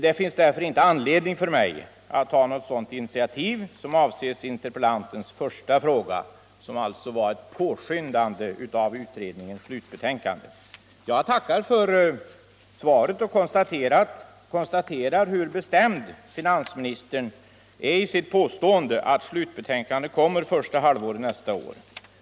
Det finns därför inte anledning för mig att ta något sådant initiativ som avses i interpellantens första fråga.” Det jag avsåg var ett påskyndande av Jag tackar för svaret och konstaterar hur bestämd finansministern är i sitt påstående att slutbetänkandet kommer första halvåret nästa år.